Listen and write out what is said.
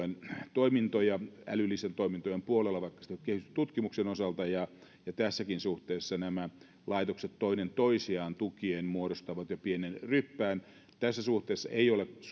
toimintoja älyllisten toimintojen puolella vaikka nyt sitten kehitystutkimuksen osalta ja ja tässäkin suhteessa nämä laitokset toinen toisiaan tukien muodostavat jo pienen ryppään tässä suhteessa ei ole